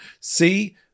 See